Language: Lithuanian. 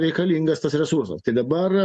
reikalingas tas resursas tai dabar